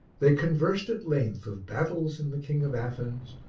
they conversed at length of battles and the king of athens,